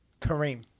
Kareem